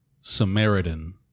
Samaritan